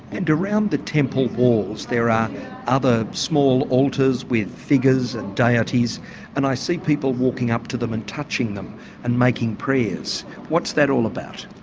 and around the temple walls there are other small altars with figures and deities and i see people walking up to them and touching them and making prayers. what's that all about?